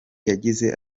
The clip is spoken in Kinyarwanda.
yagize